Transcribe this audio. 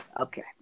Okay